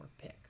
pick